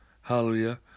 Hallelujah